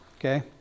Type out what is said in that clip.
okay